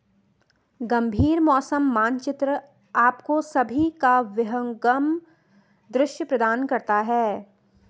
गंभीर मौसम मानचित्र आपको सभी का विहंगम दृश्य प्रदान करता है